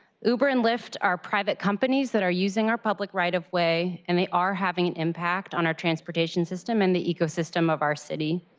uber and lyft are private companies that are using our public right-of-way, and they are having an impact on our transportation system and the ecosystem of our city.